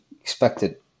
expected